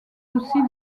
aussi